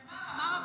שמה רע?